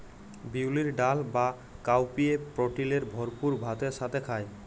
বিউলির ডাল বা কাউপিএ প্রটিলের ভরপুর ভাতের সাথে খায়